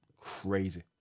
crazy